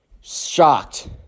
shocked